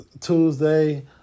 Tuesday